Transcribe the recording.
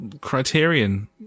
Criterion